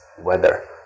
weather